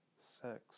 sex